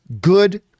good